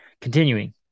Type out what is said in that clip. Continuing